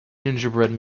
gingerbread